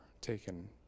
taken